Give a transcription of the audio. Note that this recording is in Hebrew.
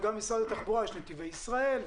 גם במשרד התחבורה יש נתיבי ישראל,